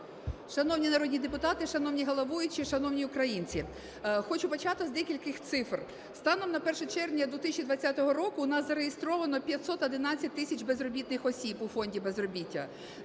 Шановні народні депутати, шановні головуючі, шановні українці! Хочу почати з декількох цифр. Станом на 1 червня 2020 року у нас зареєстровано 511 тисяч безробітних осіб у фонді безробіття.